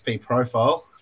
profile